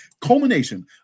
culmination